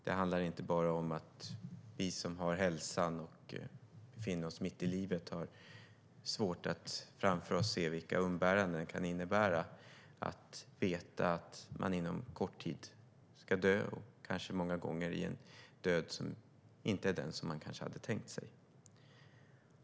Det handlar inte bara om att vi som har hälsan och befinner oss mitt i livet har svårt att se framför oss vilka umbäranden det kan innebära att veta att man inom kort tid ska dö - och många gånger en död som kanske inte är den man hade tänkt sig.